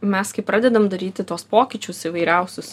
mes kai pradedam daryti tuos pokyčius įvairiausius